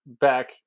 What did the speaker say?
back